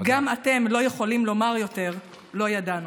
גם אתם לא יכולים לומר יותר "לא ידענו".